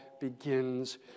begins